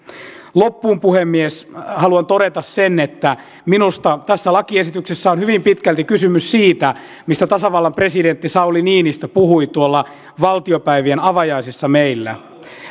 loppuun puhemies haluan todeta sen että minusta tässä lakiesityksessä on hyvin pitkälti kysymys siitä mistä tasavallan presidentti sauli niinistö puhui valtiopäivien avajaisissa meillä